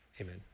amen